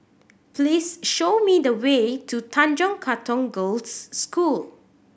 please show me the way to Tanjong Katong Girls' School